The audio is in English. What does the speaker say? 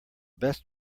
best